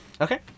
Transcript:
Okay